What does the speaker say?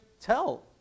tell